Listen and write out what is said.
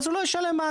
אז הוא לא ישלם מס.